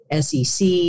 SEC